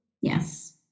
Yes